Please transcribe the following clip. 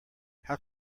how